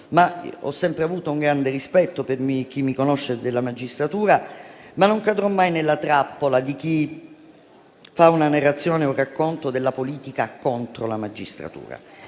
ho sempre avuto grande rispetto della magistratura; non cadrò mai nella trappola di chi fa una narrazione e un racconto della politica contro la magistratura.